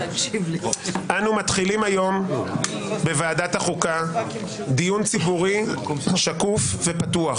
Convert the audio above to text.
אנו מתחילים היום בוועדת החוקה דיון ציבור שקוף ופתוח,